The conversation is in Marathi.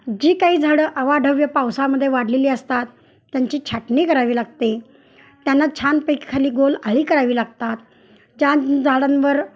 जी काही झाडं अवाढव्य पावसामध्ये वाढलेली असतात त्यांची छाटणी करावी लागते त्यांना छानपैकी खाली गोल आळी करावी लागतात ज्या झाडांवर